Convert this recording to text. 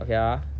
three